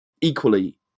equally